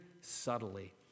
subtly